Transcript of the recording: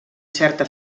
certa